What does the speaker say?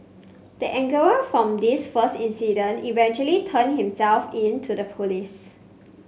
the angler from this first incident eventually turned himself in to the police